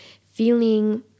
feeling